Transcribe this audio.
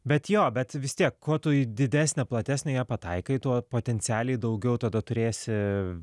bet jo bet vis tiek ko tu į didesnę platesnę ją pataikai tuo potencialiai daugiau tada turėsi